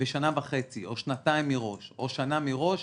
בשנה וחצי או שנתיים מראש או שנה מראש